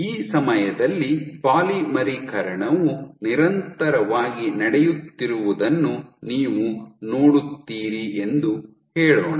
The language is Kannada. ಈ ಸಮಯದಲ್ಲಿ ಪಾಲಿಮರೀಕರಣವು ನಿರಂತರವಾಗಿ ನಡೆಯುತ್ತಿರುವುದನ್ನು ನೀವು ನೋಡುತ್ತೀರಿ ಎಂದು ಹೇಳೋಣ